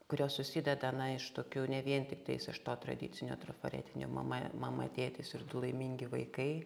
kurios susideda iš tokių ne vien tiktais iš to tradicinio trafaretinė mama mama tėtis ir du laimingi vaikai